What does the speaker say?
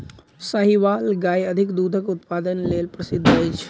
साहीवाल गाय अधिक दूधक उत्पादन लेल प्रसिद्ध अछि